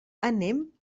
anem